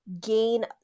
gain